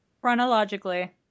chronologically